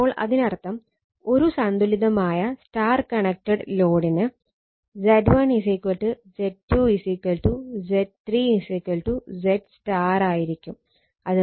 അപ്പോൾ അതിനർത്ഥം ഒരു സന്തുലിതമായ Y കണക്റ്റഡ് ലോഡിന് Z1 Z2 Z3 ZY ആയിരിക്കും